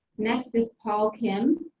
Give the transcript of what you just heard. next is paul kim.